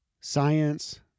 Science